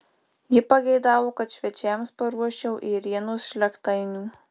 ji pageidavo kad svečiams paruoščiau ėrienos žlėgtainių